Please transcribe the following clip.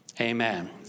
Amen